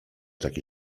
takie